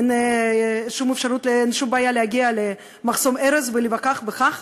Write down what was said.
אין שום בעיה להגיע למחסום ארז ולהיווכח בכך